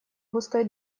густой